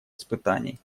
испытаний